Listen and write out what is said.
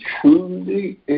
truly